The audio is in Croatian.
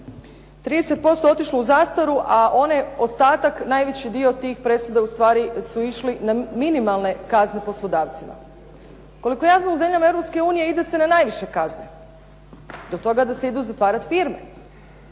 30% je otišlo u zastaru a onaj ostatak najveći dio tih presuda ustvari su išle na minimalne kazne poslodavcima. Koliko ja znam u zemljama Europske unije ide se na najviše kazne do toga da se idu zatvarati firme.